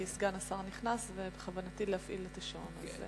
כי סגן השר נכנס ובכוונתי להפעיל את השעון.